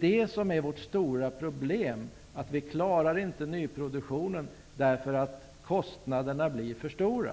Det stora problemet är ju att vi inte klarar nyproduktionen därför att kostnaderna blir för stora.